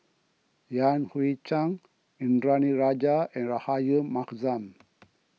Yan Hui Chang Indranee Rajah and Rahayu Mahzam